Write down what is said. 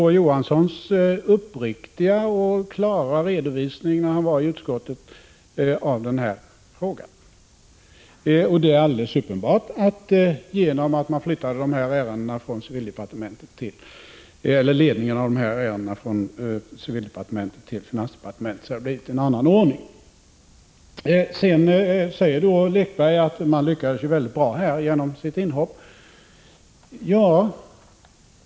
Å. Johanssons uppriktiga och klara redovisning av denna fråga i utskottet. Det är alldeles uppenbart att det på grund av att ledningen av dessa ärenden flyttades från civildepartementet till finansdepartementet har blivit en annan ordning. Sören Lekberg säger att regeringen lyckades mycket bra genom sitt inhopp.